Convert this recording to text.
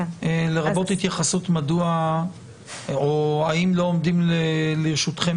לרבות התייחסות האם לא עומדים לרשותכם